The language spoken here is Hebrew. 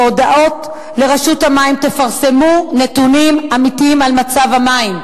בהודעות לרשות המים: תפרסמו נתונים אמיתיים על מצב המים.